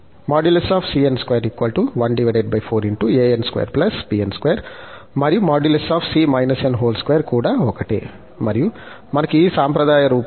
మరియు |c−n|2 కూడా ఒకటే మరియు మనకు ఈ సాంప్రదాయ రూపం ఉంది